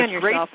great